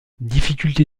difficulté